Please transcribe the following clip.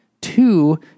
two